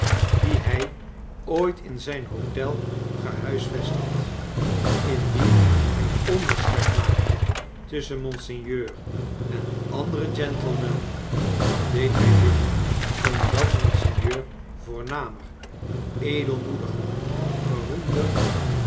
die hij ooit in zijn hotel gehuisvest had indion hij onderscheid maakte tusschen monseigneur en andere gentlemen dan deed hij dit omdat monseigneur voornamer edeimoediger beroemder